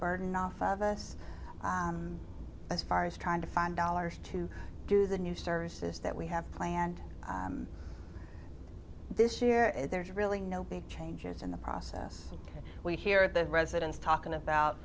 burden off of us as far as trying to find dollars to do the new services that we have planned this year there is really no big changes in the process and we hear the president's talking about